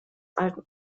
alten